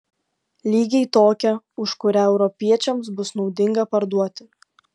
lygiai tokią už kurią europiečiams bus naudinga parduoti